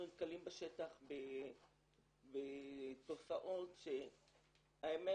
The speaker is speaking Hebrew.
אנחנו נתקלים בשטח בתופעות שהאמת,